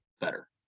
better